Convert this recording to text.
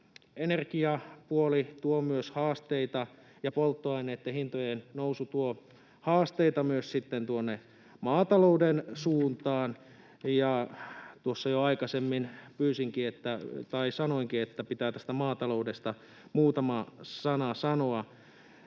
energiapuoli ja polttoaineitten hintojen nousu tuo haasteita myös tuonne maatalouden suuntaan, ja tuossa jo aikaisemmin sanoinkin, että pitää tästä maataloudesta muutama sana sanoa.